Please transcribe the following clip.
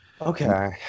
Okay